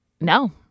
No